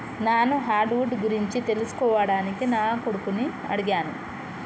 నాను hardwood గురించి తెలుసుకోవడానికి నా కొడుకుని అడిగాను